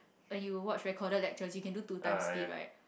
when you watch recorded lecturers you can do two times speed right